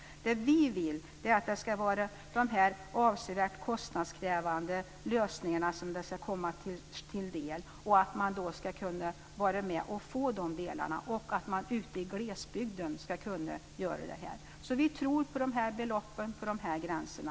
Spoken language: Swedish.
Det vi vill är att skattereduktionen ska komma de avsevärt mer kostnadskrävande lösningarna till del och att man ute i glesbygden ska kunna göra det här. Vi tror på de här beloppen och på de här gränserna.